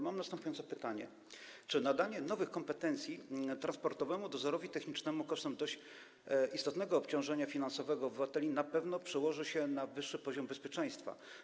Mam następujące pytanie: Czy nadanie nowych kompetencji Transportowemu Dozorowi Technicznemu kosztem dość istotnego obciążenia finansowego obywateli na pewno przełoży się na wyższy poziom bezpieczeństwa?